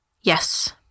Yes